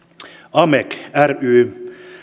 amke ryn